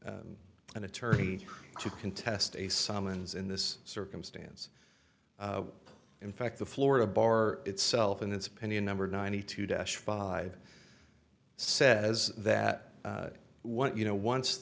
the an attorney to contest a summons in this circumstance in fact the florida bar itself in its opinion number ninety two to five says that what you know once